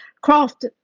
craft